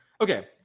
Okay